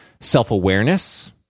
self-awareness